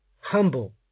humble